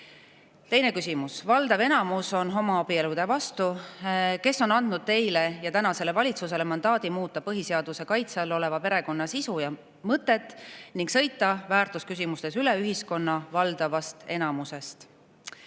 küsimus: "Valdav enamus on homoabielude vastu. Kes on andnud teile ja tänasele valitsusele mandaadi muuta põhiseaduse kaitse all oleva perekonna sisu ja mõtet ning sõita väärtusküsimustes üle ühiskonna valdavast enamusest?"